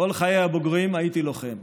כל חיי הבוגרים הייתי לוחם.